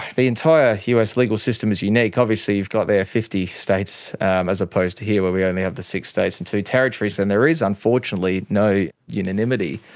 the entire us legal system is unique. obviously you've got their fifty states as opposed to here where we only have the six states and two territories, and there is unfortunately no unanimity.